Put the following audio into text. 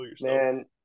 man